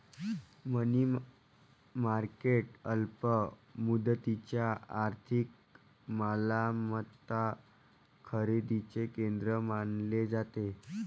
मनी market अल्प मुदतीच्या आर्थिक मालमत्ता खरेदीचे केंद्र मानले जाते